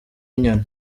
inyoni